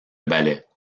ballet